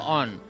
on